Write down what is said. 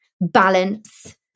balance